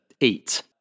eat